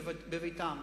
בביתם.